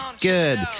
good